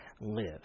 live